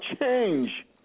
change